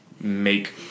make